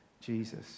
Jesus